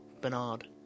Bernard